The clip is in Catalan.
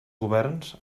governs